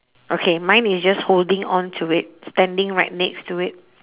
okay mine is just holding on to it standing right next to it